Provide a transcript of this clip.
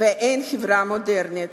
ואין חברה מודרנית.